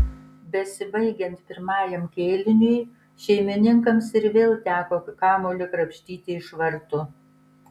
besibaigiant pirmajam kėliniui šeimininkams ir vėl teko kamuolį krapštyti iš vartų